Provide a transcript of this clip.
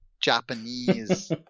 Japanese